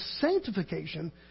sanctification